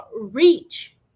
reach